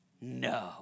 No